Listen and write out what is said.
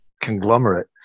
conglomerate